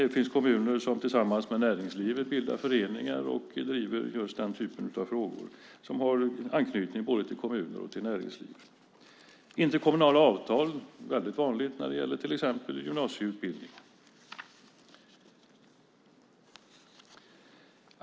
Det finns kommuner som tillsammans med näringslivet bildar föreningar och driver just den typ av frågor som har anknytning till både kommuner och näringsliv. Interkommunala avtal är vanliga när det gäller till exempel gymnasie-utbildningar.